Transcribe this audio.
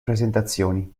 presentazioni